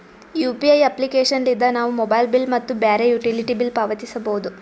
UPI application ಲಿದ್ದ ನಾವು mobile bill ಮತ್ತು ಬ್ಯಾರೆ ಯುಟಿಲಿಟಿ ಬಿಲ್ ಪಾವತಿಸಬೋದು